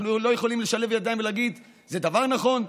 אנחנו לא יכולים לשלב ידיים ולהגיד: זה דבר נכון,